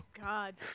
god